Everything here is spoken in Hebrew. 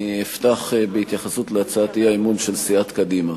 אני אפתח בהתייחסות להצעת האי-אמון של סיעת קדימה.